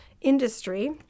industry